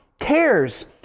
cares